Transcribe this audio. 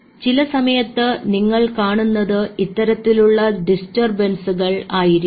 എന്നാൽ ചില സമയത്ത് നിങ്ങൾ കാണുന്നത് ഇത്തരത്തിലുള്ള ഡിസ്റ്റർബൻസുകൾ ആയിരിക്കും